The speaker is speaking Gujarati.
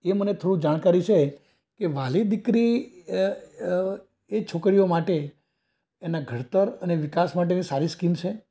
એ મને થોડુંક જાણકારી છે એ વ્હાલી દીકરી એ છોકરીઓ માટે એના ઘડતર અને વિકાસ માટેની સારી સ્કીમ છે